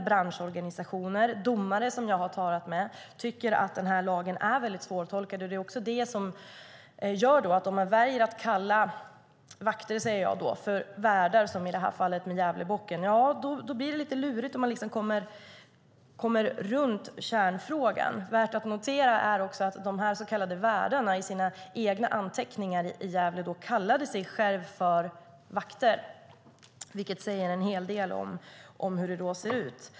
Branschorganisationer och domare som jag har talat med tycker att lagen är väldigt svårtolkad. Om man väljer att kalla vakter för värdar, som i fallet med Gävlebocken, kommer man liksom runt kärnfrågan. Värt att notera är också att de så kallade värdarna i Gävle i sina egna anteckningar kallar sig själva för vakter. Det säger en del om hur det ser ut.